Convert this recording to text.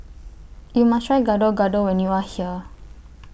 YOU must Try Gado Gado when YOU Are here